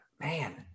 man